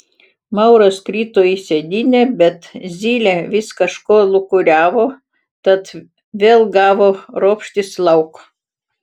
mauras krito į sėdynę bet zylė vis kažko lūkuriavo tad vėl gavo ropštis lauk